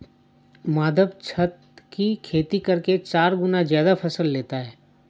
माधव छत की खेती करके चार गुना ज्यादा फसल लेता है